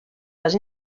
les